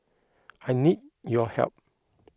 I need your help